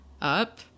up